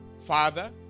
Father